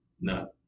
No